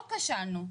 פה כשלנו.